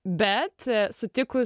bet sutikus